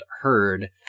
heard